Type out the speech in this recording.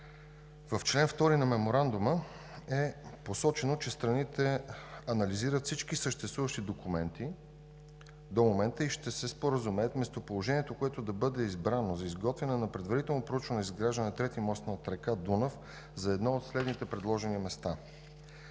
В чл. 2 на Меморандума е посочено, че страните анализират всички съществуващи документи до момента и ще се споразумеят да бъде избрано местоположението за изготвяне на предварително проучване и изграждане на трети мост над река Дунав за едно от следните предложени места: